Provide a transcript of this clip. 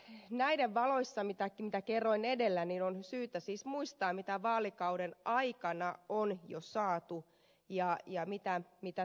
sen valossa mitä kerroin edellä on syytä siis muistaa mitä vaalikauden aikana on jo saatu ja mitä tulevaisuus tuo